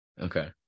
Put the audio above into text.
Okay